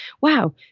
wow